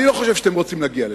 אני לא חושב שאתם רוצים להגיע לשם,